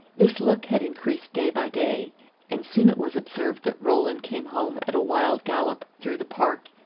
this look had increased day by day and soon it was observed that roland came home at a wild gallop through the park,